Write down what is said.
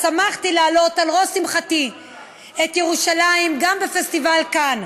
שמחתי להעלות על ראש שמחתי את ירושלים גם בפסטיבל קאן.